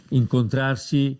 incontrarsi